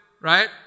right